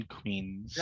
Queens